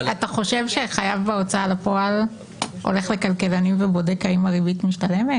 אתה חושב שחייב בהוצאה לפועל הולך לכלכלנים ובודק אם הריבית משתלמת?